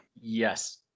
yes